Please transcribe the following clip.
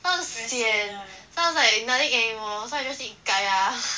干 sian so I was like nothing to eat anymore so I just eat kaya